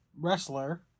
Wrestler